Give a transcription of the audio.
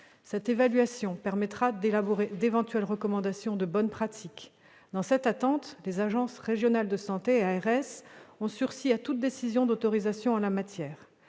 Cette évaluation permettra d'élaborer d'éventuelles recommandations de bonnes pratiques. Dans cette attente, les agences régionales de santé, les ARS, ont sursis à toute décision d'autorisation en la matière.